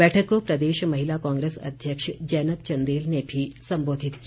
बैठक को प्रदेश महिला कांग्रेस अध्यक्ष जैनब चंदेल ने भी संबोधित किया